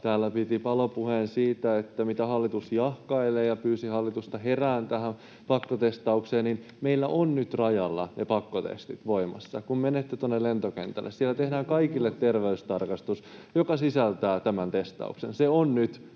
täällä piti palopuheen siitä, että mitä hallitus jahkailee, ja pyysi hallitusta heräämään tähän pakkotestaukseen — meillä on nyt rajalla ne pakkotestit voimassa, kun menette tuonne lentokentälle. Siellä tehdään kaikille terveystarkastus, joka sisältää tämän testauksen. Se on nyt